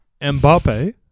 Mbappe